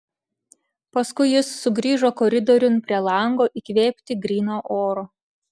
paskui jis sugrįžo koridoriun prie lango įkvėpti gryno oro